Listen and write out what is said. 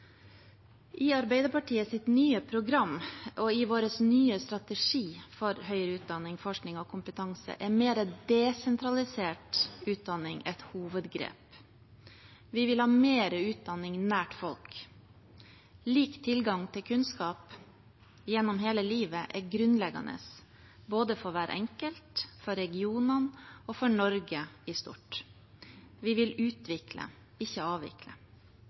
nye program og i vår nye strategi for høyere utdanning, forskning og kompetanse er mer desentralisert utdanning et hovedgrep. Vi vil ha mer utdanning nær folk. Lik tilgang til kunnskap gjennom hele livet er grunnleggende, både for hver enkelt, for regionene og for Norge i stort. Vi vil utvikle, ikke avvikle.